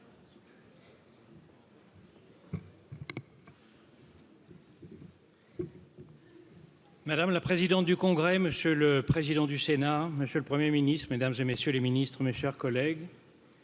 madame la présidente du congrès monsieur le président du c du sénat monsieur le premier ministre mesdames et messieurs les ministres mes chers collègues